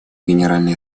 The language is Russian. генеральной